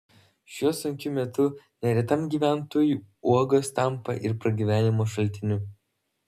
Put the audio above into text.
šiuo sunkiu metu neretam gyventojui uogos tampa ir pragyvenimo šaltiniu